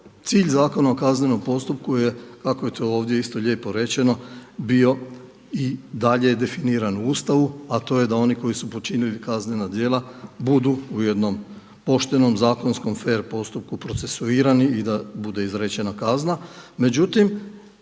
Cilj Zakona o kaznenom postupku je kako je to ovdje isto lijepo rečeno, bio i dalje je definiran u Ustavu, a to je da oni koji su počinili kaznena djela budu u jednom poštenom zakonskom fer postupku procesuirani i da bude izrečena kazna.